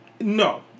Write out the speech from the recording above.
no